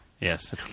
Yes